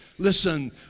Listen